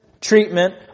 treatment